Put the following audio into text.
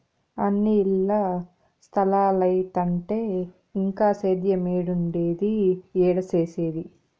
అన్నీ ఇల్ల స్తలాలైతంటే ఇంక సేద్యేమేడుండేది, ఏడ సేసేది